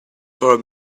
for